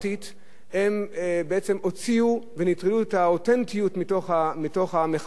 הן בעצם הוציאו ונטרלו את האותנטיות מתוך המחאות החברתיות,